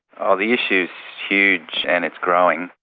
oh the issue's huge and it's growing.